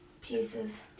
pieces